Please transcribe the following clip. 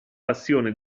passione